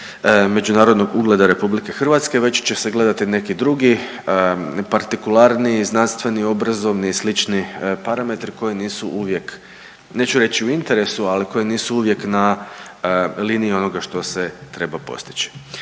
međunarodnog ugleda Republike Hrvatske već će se gledati neki drugi partikularniji, znanstveni, obrazovni i slični parametri koji nisu uvijek neću reći u interesu, ali koji nisu uvijek na liniji onoga što se treba postići.